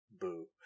Boo